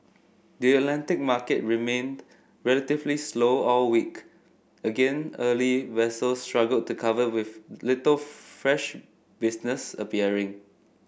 the Atlantic market remained relatively slow all week again early vessels struggled to cover with little fresh business appearing